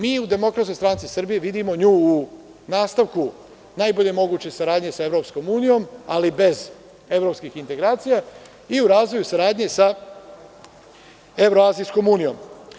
Mi u DSS vidimo nju u nastavku najbolje moguće saradnje sa EU, ali bez evropskih integracija i u razvoju saradnje sa Evroazijskom unijom.